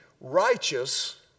righteous